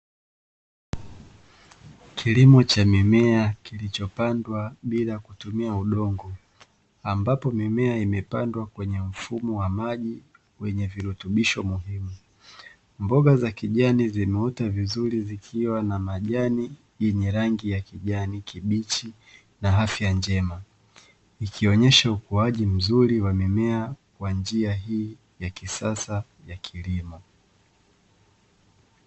Kilimo cha mimea kilichopandwa bila kutumia udongo, ambapo mimea imepandwa kwenye mfumo wa maji wenye virutubisho muhimu. Mboga za kijani zimeota vizuri zikiwa na majani yenye rangi ya kijani kibichi na afya njema ikionyesha ukuaji mzuri wa mimea wa njia hii ya kisasa ya kilimo.